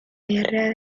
diarrea